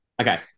Okay